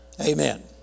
Amen